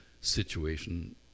situation